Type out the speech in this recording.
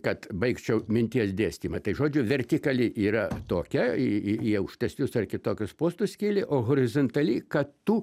kad baigčiau minties dėstymą tai žodžiu vertikali yra tokia į į į aukštesnius ar kitokius postus kyli o horizontali kad tu